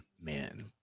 man